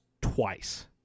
twice